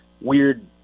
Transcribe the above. weird